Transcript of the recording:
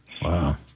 Wow